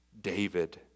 David